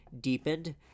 deepened